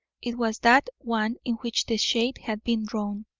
it was that one in which the shade had been drawn.